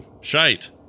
shite